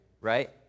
right